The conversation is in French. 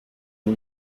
une